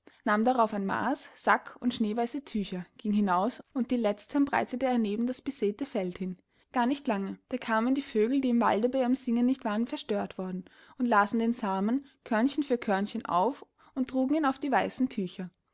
nahm darauf ein maaß sack und schneeweiße tücher ging hinaus und die letztern breitete er neben das besäte feld hin gar nicht lange da kamen die vögel die im walde bei ihrem singen nicht waren verstört worden und lasen den samen körnchen für körnchen auf und trugen ihn auf die weißen tücher